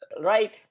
right